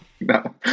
No